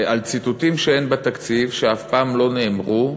על ציטוטים שאין בתקציב, שאף פעם לא נאמרו.